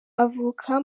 avuka